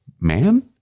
man